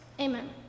Amen